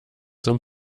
zum